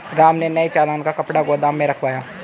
राम ने नए चालान का कपड़ा गोदाम में रखवाया